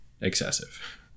excessive